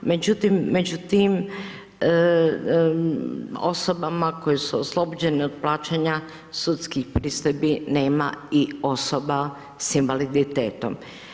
Međutim, među tim osobama koje su oslobođene od plaćanja sudskih pristojbi nema i osoba s invaliditetom.